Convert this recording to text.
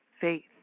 faith